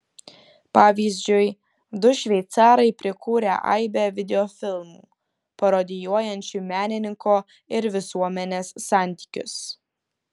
pavyzdžiui du šveicarai prikūrę aibę videofilmų parodijuojančių menininko ir visuomenės santykius